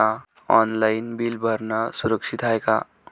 Online bill भरनं सुरक्षित हाय का?